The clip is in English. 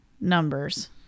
numbers